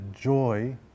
joy